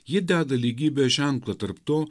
jie deda lygybės ženklą tarp to